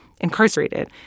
incarcerated